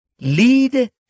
Lead